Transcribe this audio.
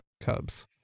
Cubs